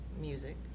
Music